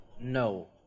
No